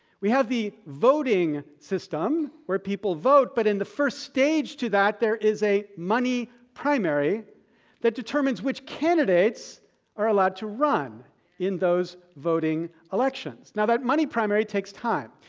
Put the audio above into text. we have the voting system, where people vote, but in the first stage to that there is a money primary that determines which candidates are allowed to run in those voting elections. now, that money primary takes time.